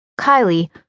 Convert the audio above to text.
Kylie